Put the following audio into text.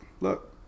Look